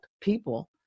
people